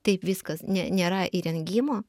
taip viskas ne nėra įrengimo